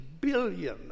billion